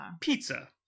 pizza